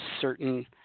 certain